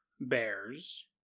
Bears